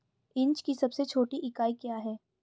Inch की सबसे छोटी इकाई क्या है?